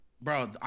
bro